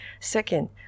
Second